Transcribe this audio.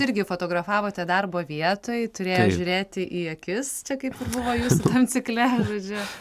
irgi fotografavote darbo vietoj turėjot žiūrėti į akis čia kaip ir buvo jūsų tam cikle žodžiu